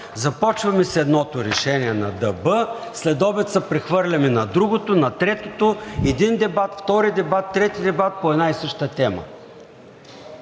започваме с едното решение на ДБ, следобед се прехвърляме на другото, на третото – един дебат, втори дебат, трети дебат по една и съща тема?!